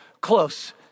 close